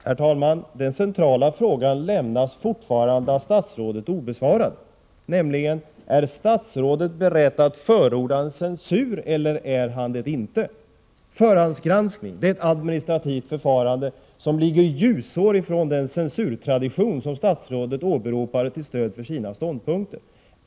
Herr talman! Den centrala frågan lämnas fortfarande obesvarad av statsrådet: Är statsrådet beredd att förorda en censur, eller är han det inte? Förhandsgranskning är ett administrativt förfarande som ligger ljusår från den censurtradition som statsrådet åberopade till stöd för sina ståndpunkter.